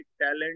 talent